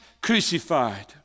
crucified